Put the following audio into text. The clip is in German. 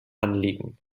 anliegen